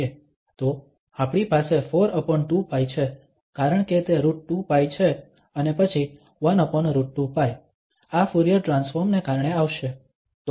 તો આપણી પાસે 42π છે કારણ કે તે √2π છે અને પછી 1√2π આ ફુરીયર ટ્રાન્સફોર્મ ને કારણે આવશે